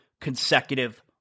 consecutive